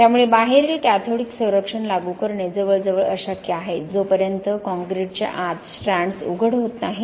त्यामुळे बाहेरील कॅथोडिक संरक्षण लागू करणे जवळजवळ अशक्य आहे जोपर्यंत काँक्रीटच्या आत स्ट्रँड्स उघड होत नाहीत